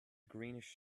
greenish